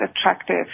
attractive